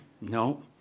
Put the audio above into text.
no